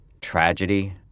tragedy